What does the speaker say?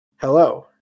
hello